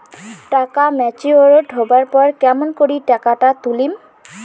টাকা ম্যাচিওরড হবার পর কেমন করি টাকাটা তুলিম?